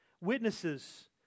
witnesses